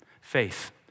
faith